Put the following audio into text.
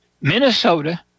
Minnesota